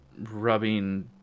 rubbing